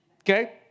okay